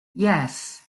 yes